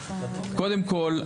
קודם כול,